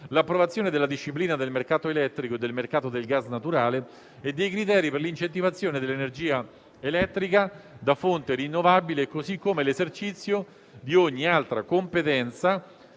l'approvazione della disciplina del mercato elettrico e del mercato del gas naturale e dei criteri per l'incentivazione dell'energia elettrica da fonte rinnovabile, così come l'esercizio di ogni altra competenza